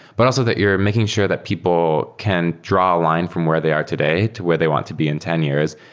but also that you're making sure that people can draw a line from where they are today to where they want to be in ten years.